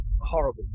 Horrible